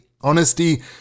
honesty